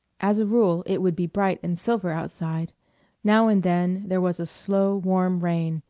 as a rule it would be bright and silver outside now and then there was a slow warm rain,